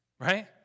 Right